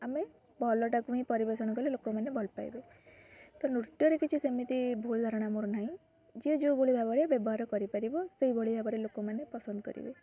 ଆମେ ଭଲଟାକୁ ହିଁ ପରିବେଷଣ କଲେ ଲୋକମାନେ ଭଲ ପାଇବେ ତ ନୃତ୍ୟରେ କିଛି ସେମିତି ଭୁଲ ଧାରଣା ମୋର ନାହିଁ ଯେ ଯିଏ ଯେଉଁଭଳି ଭାବରେ ବ୍ୟବହାର କରିପାରିବ ସେହିଭଳି ଭାବରେ ଲୋକମାନେ ପସନ୍ଦ କରିବେ